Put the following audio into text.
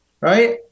Right